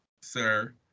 sir